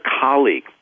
colleague